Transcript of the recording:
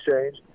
change